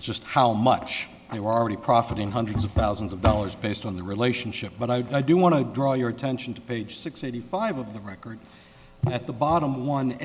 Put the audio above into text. just how much i already profiting hundreds of thousands of dollars based on the relationship but i do want to draw your attention to page six eighty five of the record at the bottom one